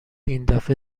ایندفعه